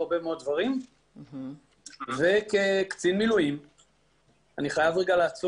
אני מעורב בהרבה מאוד דברים וכקצין מילואים אני חייב לעצור